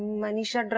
manisha and but